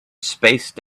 spaced